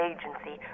Agency